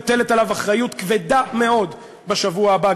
מוטלת עליו אחריות כבדה מאוד בשבוע הבא,